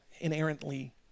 inherently